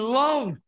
love